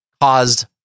caused